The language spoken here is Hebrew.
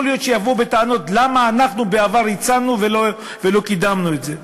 יכול להיות שהוא יבוא בטענות למה אנחנו בעבר הצענו ולא קידמנו את זה.